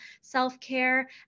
self-care